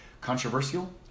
controversial